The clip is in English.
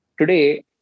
Today